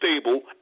stable